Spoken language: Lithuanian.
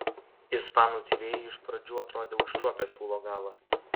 ispanų tyrėjai iš pradžių atrodė užčiuopę siūlo galą